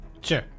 Sure